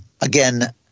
again